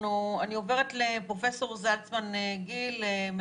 אני עוברת לפרופ' גיל זלצמן,